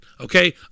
Okay